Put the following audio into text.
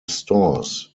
stores